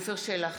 עפר שלח,